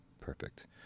Perfect